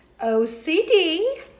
OCD